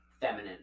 feminine